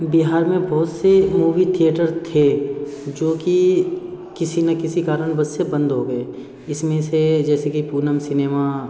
बिहार में बहुत से मूवी थिएटर थे जो कि किसी ना किसी कारणवश से बंद हो गए इसमें से जैसे कि पूनम सिनेमा